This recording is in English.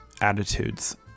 attitudes